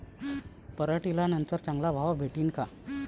पराटीले नंतर चांगला भाव भेटीन का?